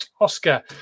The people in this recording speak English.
Oscar